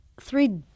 Three